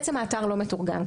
האתר בעצם לא מתורגם,